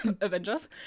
Avengers